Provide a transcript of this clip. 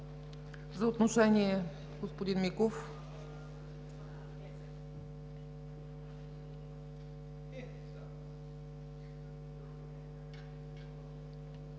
За отношение – господин Миков.